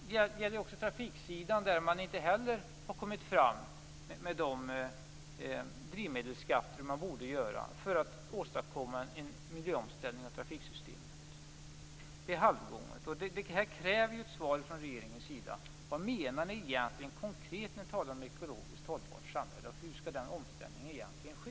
Det gäller också trafiksidan, där man inte heller har kommit fram med de drivmedelsskatter som behövs för att åstadkomma en miljöomställning av trafiksystemet. Det är halvgånget. Detta kräver ett svar från regeringen. Vad menar ni egentligen konkret när ni talar om ett ekologiskt hållbart samhälle? Hur skall den omställningen ske?